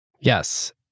Yes